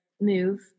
move